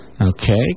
Okay